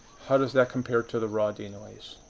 how does that compare to the raw denoise?